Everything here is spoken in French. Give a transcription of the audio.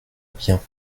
bien